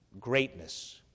Greatness